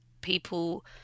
people